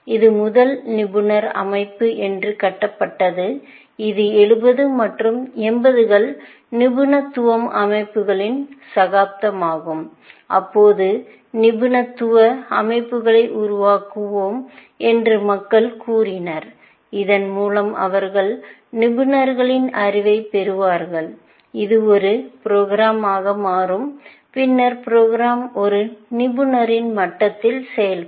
இது முதல் நிபுணர் அமைப்பு என்று கட்டப்பட்டது இது 70 மற்றும் 80 கள் நிபுணத்துவ அமைப்புகளின் சகாப்தமாகும் அப்போது நிபுணத்துவ அமைப்புகளை உருவாக்குவோம் என்று மக்கள் கூறினர் இதன் மூலம் அவர்கள் நிபுணர்களின் அறிவைப் பெறுவார்கள் இது ஒரு ப்ரோக்ராம் ஆக மாறும் பின்னர் ப்ரோக்ராம் ஒரு நிபுணரின் மட்டத்தில் செயல்படும்